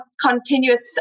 continuous